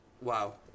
Wow